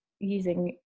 using